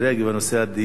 נושא הדיור,